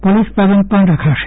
police પ્રબંધ પણ રખાશે